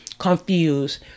confused